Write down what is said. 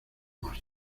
más